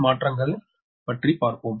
மாற்றிகள் பற்றி பார்ப்போம்